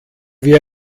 wir